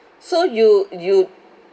so you you